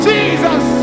Jesus